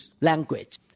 language